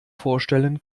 vorstellen